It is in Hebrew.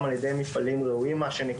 גם על ידי מפעלים ראויים מה שנקרא,